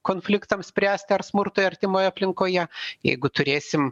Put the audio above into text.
konfliktams spręst ar smurtui artimoje aplinkoje jeigu turėsim